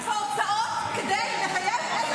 אין בהוצאות כדי לחייב את הרשות המקומית.